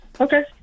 Okay